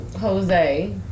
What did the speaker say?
Jose